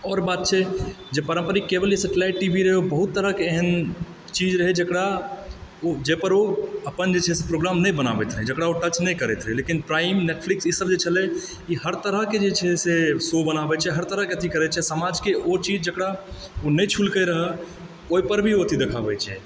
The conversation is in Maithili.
आओर बात छै जे पारम्परिक केवल या सेटेलाइट टीभी रहए ओ बहुत तरहकेँ एहन चीज रहै जकरा जाहिपर ओ अपन जे छै से प्रोग्राम नहि बनाबैत रहै जकरा ओ टच नहि करैत रहै लेकिन प्राइम नेटफ्लिक्स ई सब जे छलै ई हर तरहकेँ जे छै से शो बनाबै छै हर तरहकेँ अथी करै छै समाजके ओ चीज जकरा ओ नहि छुलकै रहा ओहिपर भी ओ अथी देखाबै छै